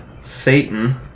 Satan